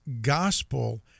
gospel